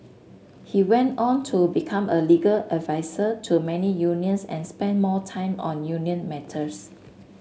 he went on to become a legal advisor to many unions and spent more time on union matters